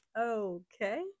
okay